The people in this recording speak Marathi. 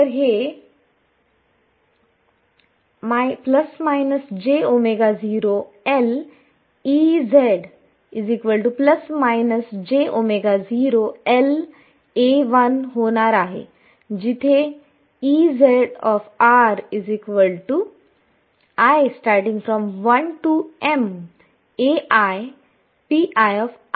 तर हे होणार आहे जिथे